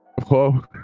Whoa